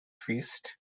feast